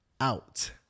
out